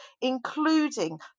including